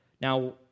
Now